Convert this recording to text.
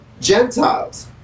Gentiles